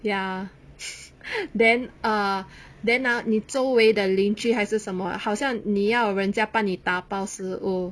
ya then ah then ah 你周围的邻居还是什么好像你要人家帮你打包食物